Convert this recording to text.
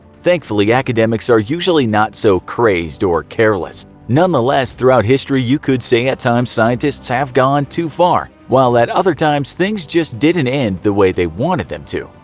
thankfully, academics are usually not so crazed or careless. nonetheless, throughout history you could say at times scientists have gone too far, while at other times things just didn't end the way they wanted them to.